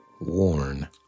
Worn